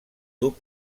tub